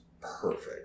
perfect